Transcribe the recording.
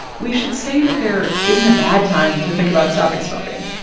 we should say that there isn't a bad time to think about stopping smoking.